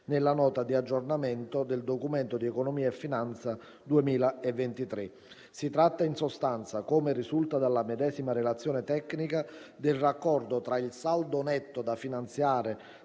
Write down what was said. nella Nota di aggiornamento del Documento di economia e finanza 2023. Si tratta in sostanza, come risulta dalla medesima relazione tecnica, del raccordo tra il saldo netto da finanziare